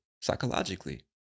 psychologically